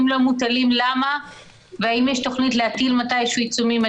אם לא מוטלים למה והאם יש תוכנית להטיל מתי שהוא עיצומים.